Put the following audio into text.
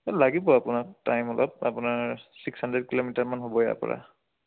লাগিব আপোনাক টাইম অলপ আপোনাৰ ছিক্স হাণ্ড্ৰেড কিলোমিটাৰমান হ'ব ইয়াৰপৰা